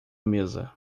mesa